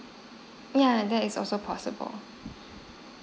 yeah that is also possible